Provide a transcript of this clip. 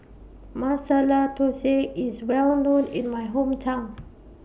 Masala Dosa IS Well known in My Hometown